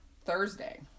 Thursday